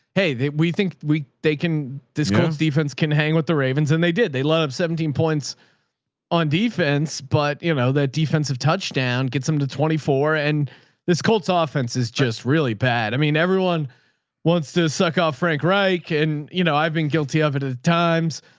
hey, we think we, they can discuss defense can hang with the ravens and they did. they love seventeen points on defense, but you know, the defensive touchdown gets them to twenty four and this colts ah offense is just really bad. i mean, everyone wants to suck off frank reich and you know, i've been guilty of it at times,